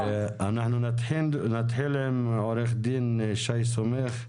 אנחנו נתחיל עם עו"ד שי סומך,